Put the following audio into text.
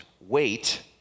wait